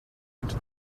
into